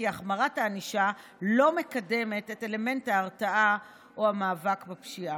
החמרת הענישה לא מקדמת את אלמנט ההרתעה או המאבק בפשיעה.